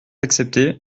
accepté